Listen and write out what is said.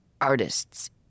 artists